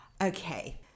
Okay